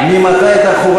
לא, הם לא קראו את החוק.